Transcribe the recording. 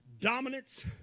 dominance